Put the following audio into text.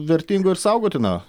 vertingo ir saugotino